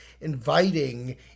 inviting